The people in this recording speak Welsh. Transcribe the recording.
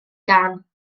gân